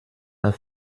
pas